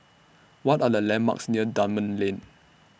What Are The landmarks near Dunman Lane